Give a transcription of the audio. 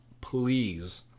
please